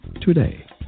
today